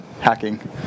hacking